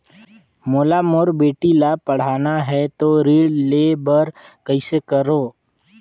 मोला मोर बेटी ला पढ़ाना है तो ऋण ले बर कइसे करो